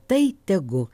tai tegu